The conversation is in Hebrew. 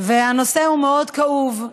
והנושא הוא מאוד כאוב.